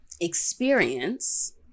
experience